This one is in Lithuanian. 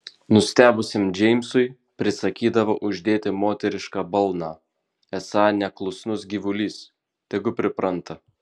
nustebusiam džeimsui prisakydavo uždėti moterišką balną esą neklusnus gyvulys tegu pripranta